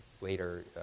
later